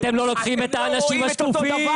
אתם לא לוקחים את האנשים השרופים.